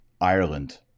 ireland